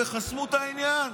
וחסמו את העניין.